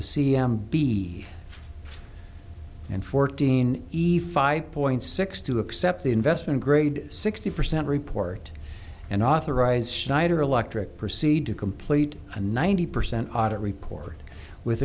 c m b and fourteen eef i point six two accept the investment grade sixty percent report and authorize schneider electric proceed to complete a ninety percent audit report with